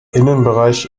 innenbereich